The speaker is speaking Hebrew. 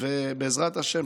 בעזרת השם,